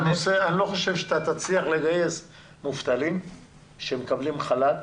אני לא חושב שתצליח לגייס מובטלים שמקבלים חל"ת